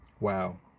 wow